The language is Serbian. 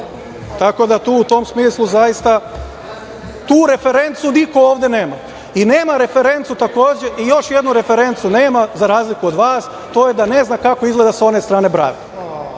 Tako da, tu u tom smislu, zaista, tu referencu ovde niko nema i još jednu referencu nema, za razliku od vas, to je da ne zna kako izgleda sa one strane brave.